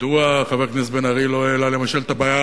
מדוע חבר הכנסת בן-ארי לא העלה למשל את הבעיה